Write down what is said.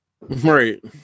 right